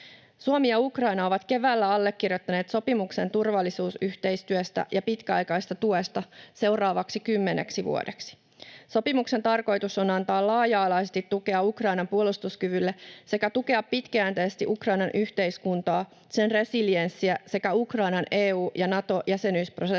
Suomi ja Ukraina ovat keväällä allekirjoittaneet sopimuksen turvallisuusyhteistyöstä ja pitkäaikaisesta tuesta seuraavaksi kymmeneksi vuodeksi. Sopimuksen tarkoitus on antaa laaja-alaisesti tukea Ukrainan puolustuskyvylle sekä tukea pitkäjänteisesti Ukrainan yhteiskuntaa, sen resilienssiä sekä Ukrainan EU- ja Nato-jäsenyysprosesseja